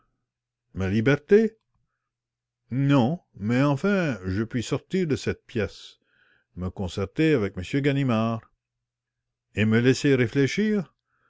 ma liberté non mais enfin je puis sortir de cette pièce me concerter avec m ganimard et me laisser réfléchir